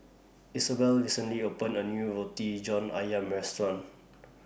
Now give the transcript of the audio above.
Isabel recently opened A New Roti John Ayam Restaurant